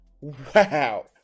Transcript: Wow